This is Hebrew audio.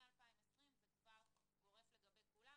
ומ-2020 זה כבר גורף לגבי כולם.